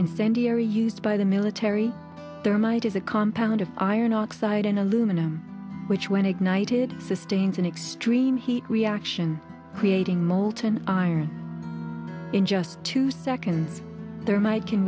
infinity are used by the military their might is a compound of iron oxide in aluminum which when ignited sustains an extreme heat reaction creating molten iron in just two seconds there might can